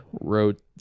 wrote